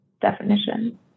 definition